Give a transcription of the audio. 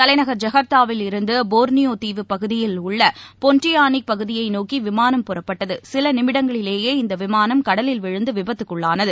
தலைநக் ஜக்தாவில் இருந்துபோர்னியோதீவு பகுதியில் உள்ளபொன்டியானக் பகுதியைநோக்கிவிமானம் புறப்பட்டது சிலநிமிடங்களிலேயே இந்தவிமானம் கடலில் விழுந்துவிபத்துக்குள்ளானது